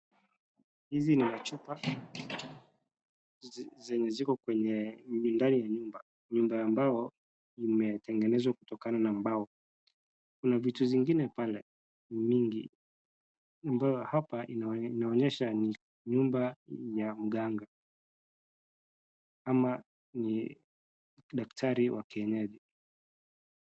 Hizi ni machupa zenye ziko ndani ya nyumba. Nyumba ambayo imetengezezwa kutokana na mbao kuna vitu zingine pale mingi ambayo hapa inaonyesha ni nyumba ya mganga ama ni daktari wa kienyeji.